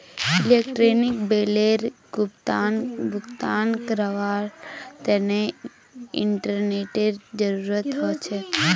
electronic बिलेर भुगतान करवार तने इंटरनेतेर जरूरत ह छेक